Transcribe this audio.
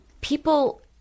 people